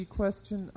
question